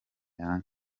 yanga